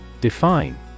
Define